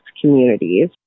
communities